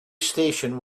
station